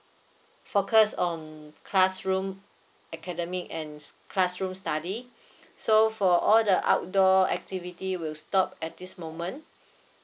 focus on classroom academic and classroom study so for all the outdoor activity will stop at this moment